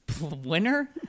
Winner